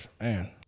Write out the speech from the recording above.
man